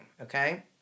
okay